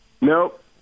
Nope